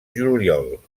juliol